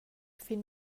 fin